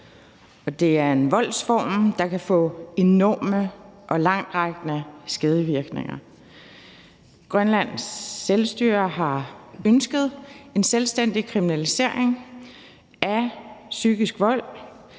det er en voldsform, der kan få enorme og langtrækkende skadevirkninger. Grønlands Selvstyre har ønsket en selvstændig kriminalisering af psykisk vold.